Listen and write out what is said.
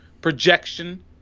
projection